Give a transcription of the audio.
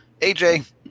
AJ